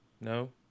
No